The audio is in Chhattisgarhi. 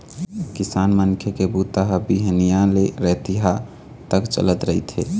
किसान मनखे के बूता ह बिहनिया ले रतिहा तक चलत रहिथे